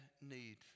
need